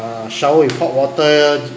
shower with hot water